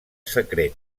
secret